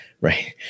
Right